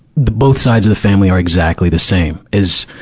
the both sides of the family are exactly the same. as,